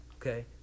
Okay